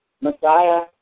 Messiah